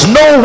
no